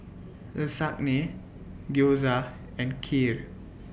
Lasagne Gyoza and Kheer